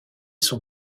son